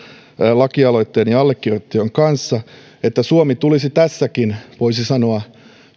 lakialoitteeni allekirjoittajien kanssa on se että suomi tulisi tässäkin voisi sanoa